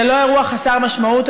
זה לא אירוע חסר משמעות,